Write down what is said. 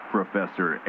Professor